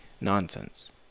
nonsense